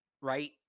right